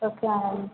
okay madam